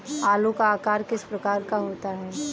आलू का आकार किस प्रकार का होता है?